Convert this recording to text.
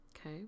Okay